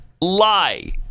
lie